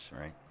right